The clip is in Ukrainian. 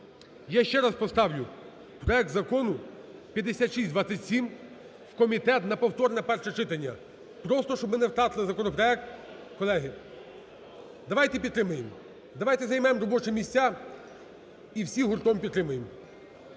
Я ще раз поставлю проект Закону 5627 в комітет на повторне перше читання. Просто, щоб ми не втратили законопроект, колеги, давайте підтримаємо. Давайте займемо робочі місця і всі гуртом підтримаємо.